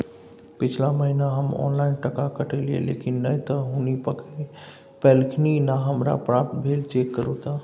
पिछला महीना हम ऑनलाइन टका कटैलिये लेकिन नय त हुनी पैलखिन न हमरा प्राप्त भेल, चेक करू त?